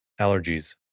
Allergies